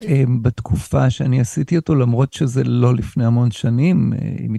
בתקופה שאני עשיתי אותו, למרות שזה לא לפני המון שנים.